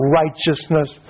righteousness